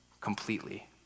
completely